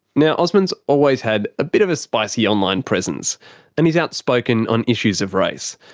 now, osman's always had a bit of a spicy online presence and he's outspoken on issues of race.